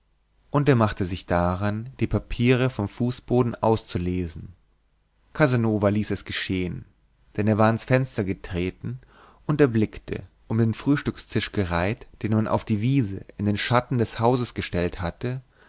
und er machte sich daran die papiere vom fußboden auszulesen casanova ließ es geschehen denn er war ans fenster getreten und erblickte um den frühstückstisch gereiht den man auf die wiese in den schatten des hauses gestellt hatte